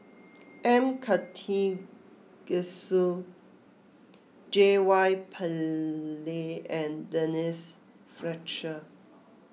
M Karthigesu J Y Pillay and Denise Fletcher